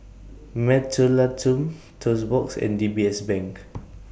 Mentholatum Toast Box and D B S Bank